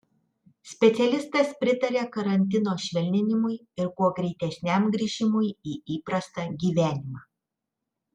specialistas pritaria karantino švelninimui ir kuo greitesniam grįžimui į įprastą gyvenimą